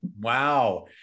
wow